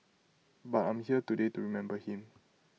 but I'm here today to remember him